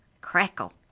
crackle